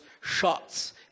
shots